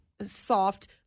soft